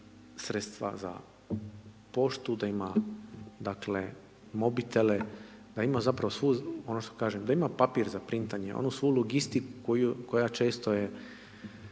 sredstva za poštu, da ima, dakle, mobitele, da ima zapravo svu, ono što kažem, da ima papir za printanje, onu svu logistiku koja često je